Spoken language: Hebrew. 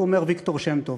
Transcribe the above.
הוא אומר ויקטור שם-טוב,